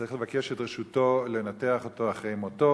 צריך לבקש את רשותו לנתח אותו אחרי מותו.